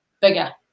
bigger